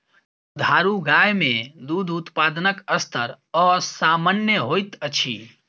दुधारू गाय मे दूध उत्पादनक स्तर असामन्य होइत अछि